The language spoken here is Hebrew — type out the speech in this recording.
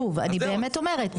שוב אני באמת אומרת,